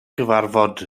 gyfarfod